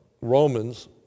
Romans